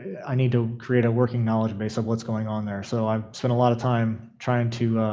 i need to create a working knowledge based on what's going on there, so i spent a lot of time trying to